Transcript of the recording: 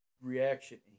reaction